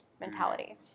mentality